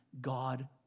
God